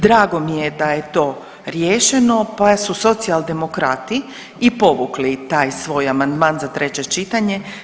Drago mi je da je to riješeno pa su Socijaldemokrati i povukli taj svoj amandman za treće čitanje.